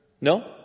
No